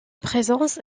présence